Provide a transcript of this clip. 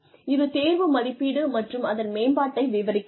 இது தேர்வு மதிப்பீடு மற்றும் அதன் மேம்பாட்டை விவரிக்கிறது